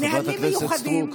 חברת הכנסת סטרוק,